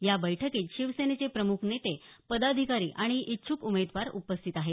या बैठकीत शिवसेनेचे प्रमुख नेते पदाधिकारी आणि इच्छ्क उमेदवार उपस्थित आहेत